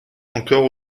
encore